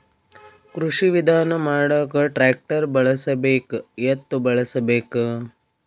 ಕೃಷಿ ವಿಧಾನ ಮಾಡಾಕ ಟ್ಟ್ರ್ಯಾಕ್ಟರ್ ಬಳಸಬೇಕ, ಎತ್ತು ಬಳಸಬೇಕ?